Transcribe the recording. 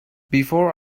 before